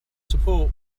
support